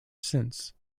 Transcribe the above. since